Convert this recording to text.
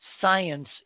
science